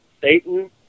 Satan